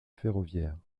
ferroviaire